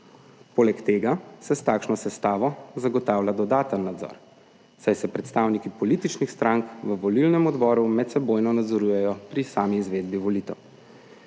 Poleg tega se s takšno sestavo zagotavlja dodaten nadzor, saj se predstavniki političnih strank v volilnem odboru medsebojno nadzorujejo pri sami izvedbi volite.